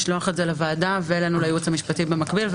לשלוח את זה לוועדה ואלינו, לייעוץ המשפטי במקביל.